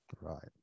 right